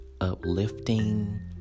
uplifting